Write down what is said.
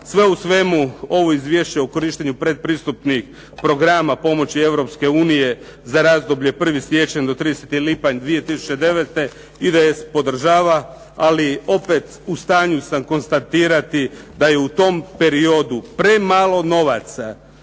Sve u svemu ovo izvješće o korištenju predpristupnih programa pomoći Europske unije za razdoblje 1. siječnja do 30. lipanj 2009. IDS podržava. Ali opet u stanju sam konstatirati da je u tom periodu premalo novaca